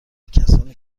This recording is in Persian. کسانی